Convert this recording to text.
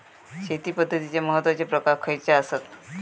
शेती पद्धतीचे महत्वाचे प्रकार खयचे आसत?